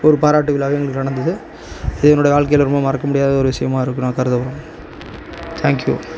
ஒரு பாராட்டு விழாவே எங்களுக்கு நடந்தது இது என்னோடய வாழ்க்கையில் ரொம்ப மறக்க முடியாத ஒரு விஷயமா இருக்கும் நான் கருதுகிறேன் தேங்க்யூ